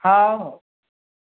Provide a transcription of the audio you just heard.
ହଉ ହଉ